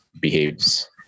behaves